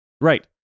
Right